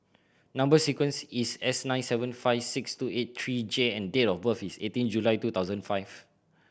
number sequence is S nine seven five six two eight three J and date of birth is eighteen July two thousand five